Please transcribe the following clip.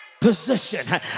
position